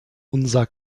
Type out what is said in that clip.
unser